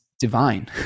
divine